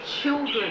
children